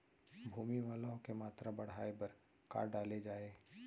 भूमि मा लौह के मात्रा बढ़ाये बर का डाले जाये?